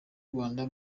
rwanda